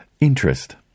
interest